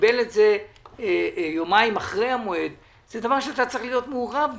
וקיבל את זה יומיים אחרי המועד זה דבר שאתה צריך להיות מעורב בו.